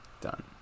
done